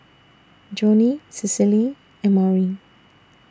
Joni Cicely and Maury